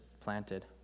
planted